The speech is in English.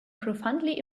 profoundly